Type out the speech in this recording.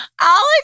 Alex